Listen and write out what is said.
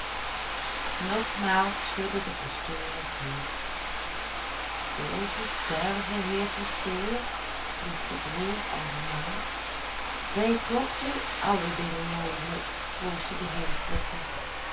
nogmaals schudde de pastoor het hoofd zou ze sterven heer pastoor vroeg de broer andermaal bij god zijn alle dingen mogelijk troostte de geestelijke